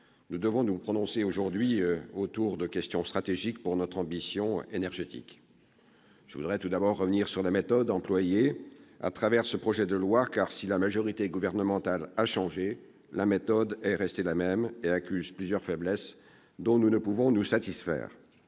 nous devons nous prononcer aujourd'hui sur des questions stratégiques pour notre ambition énergétique. Tout d'abord, je voudrais revenir sur la méthode employée, car, si la majorité gouvernementale a changé, la méthode est restée la même et accuse plusieurs faiblesses dont nous ne pouvons nous satisfaire.